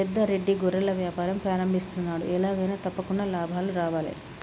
పెద్ద రెడ్డి గొర్రెల వ్యాపారం ప్రారంభిస్తున్నాడు, ఎలాగైనా తప్పకుండా లాభాలు రావాలే